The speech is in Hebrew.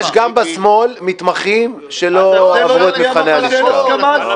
יש גם בשמאל מתמחים שלא עברו את מבחני הלשכה -- על המתמחים יש הסכמה.